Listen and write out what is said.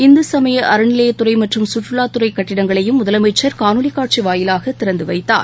இந்துசமய அறநிலையத்துறைமற்றம் சுற்றுலாதுறைகட்டங்களையும் முதலமைச்சர் காணொலிகாட்சிவாயிலாகதிறந்துவைத்தார்